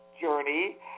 journey